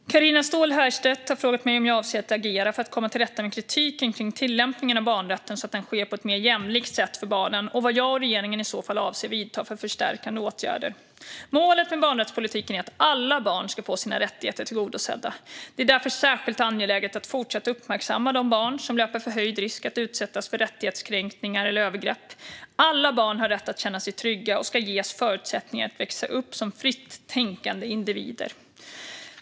Fru talman! Carina Ståhl Herrstedt har frågat mig om jag avser att agera för att komma till rätta med kritiken kring tillämpningen av barnrätten så att den sker på ett mer jämlikt sätt för barnen och vad jag och regeringen i så fall avser att vidta för förstärkande åtgärder. Målet med barnrättspolitiken är att alla barn ska få sina rättigheter tillgodosedda. Det är därför särskilt angeläget att fortsätta uppmärksamma de barn som löper förhöjd risk att utsättas för rättighetskränkningar eller övergrepp. Alla barn har rätt att känna sig trygga och ska ges förutsättningar att växa upp som fritt tänkande individer.